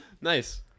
Nice